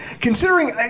Considering